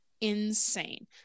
insane